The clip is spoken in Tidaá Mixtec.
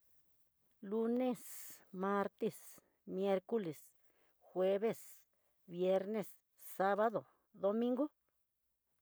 Lunes, martes, miercoles, jueves, viernes, sabado, domingo.